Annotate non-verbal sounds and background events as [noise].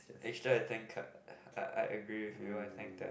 actually I think [noise] I I agree with you I think that